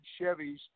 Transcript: Chevys